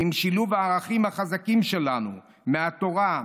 בשילוב הערכים החזקים שלנו מהתורה,